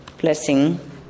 blessing